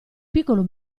piccolo